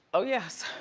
oh yes.